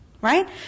Right